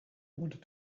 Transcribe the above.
wanted